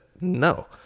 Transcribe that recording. no